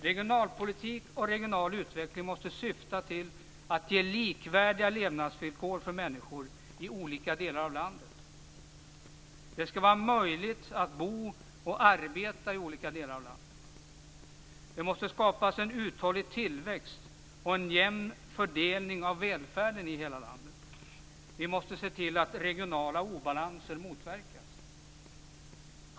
Regionalpolitik och regional utveckling måste syfta till att ge likvärdiga levnadsvillkor för människor i olika delar av landet. Det skall vara möjligt att arbeta och bo i olika delar av landet. Det måste skapas en uthållig tillväxt och en jämn fördelning av välfärden i hela landet. vi måste se till att regionala obalanser motverkas.